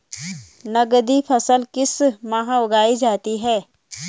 नकदी फसल किस माह उगाई जाती है?